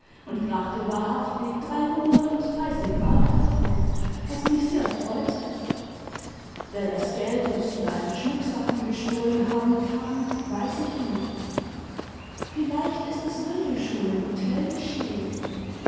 und brachte wahrhaftig dreihundertunddreißig mark dafür was mich sehr freute wer das geld und die beiden schmucksachen gestohlen haben kann weiß ich nicht vielleicht ist es wirklich schon im hotel geschehen